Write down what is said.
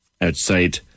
outside